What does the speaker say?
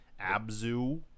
abzu